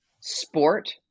sport